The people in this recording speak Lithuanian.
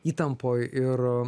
įtampoj ir